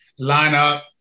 lineup